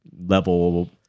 level